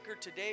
today